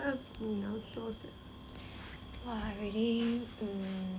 !wah! I really um